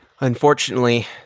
Unfortunately